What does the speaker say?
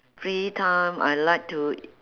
free time I like to